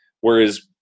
Whereas